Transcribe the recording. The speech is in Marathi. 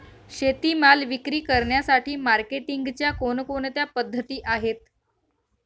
शेतीमाल विक्री करण्यासाठी मार्केटिंगच्या कोणकोणत्या पद्धती आहेत?